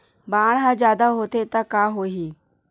बाढ़ ह जादा होथे त का होही?